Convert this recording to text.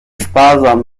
sparsam